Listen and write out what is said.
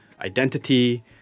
identity